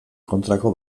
kontrako